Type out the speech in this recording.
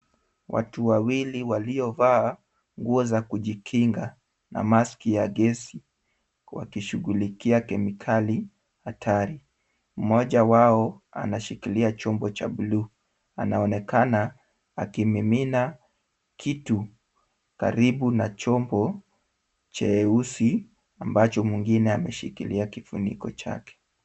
Watu wawili waliovaa nguo za kujikinga na maski ya gesi wakishughulikia kemikali hatari. Mmoja wao anashikilia chombo cha blue . Anaonekana akimimina kitu karibu na chombo cheusi ambacho mwingine ameshikilia kifuniko chake.